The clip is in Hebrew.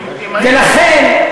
ולכן,